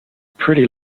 pretty